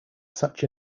such